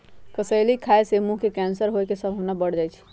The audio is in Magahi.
कसेली खाय से मुंह के कैंसर होय के संभावना बढ़ जाइ छइ